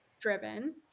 driven